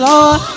Lord